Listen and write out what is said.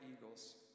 eagles